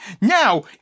Now